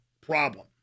problem